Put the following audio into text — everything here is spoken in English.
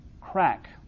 crack